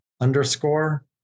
underscore